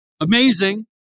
amazing